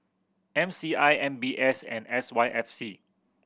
M C I M B S and S Y F C